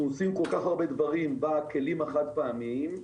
עושים כל כך הרבה דברים בכלים החד פעמיים,